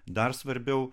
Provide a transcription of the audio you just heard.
dar svarbiau